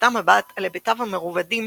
הפנתה מבט על היבטיו המרובדים